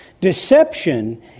Deception